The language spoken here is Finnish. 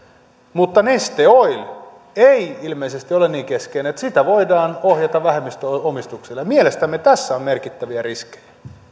mutta neste oil ei ilmeisesti ole niin keskeinen vaan sitä voidaan ohjata vähemmistöomistuksella ja mielestämme tässä on merkittäviä riskejä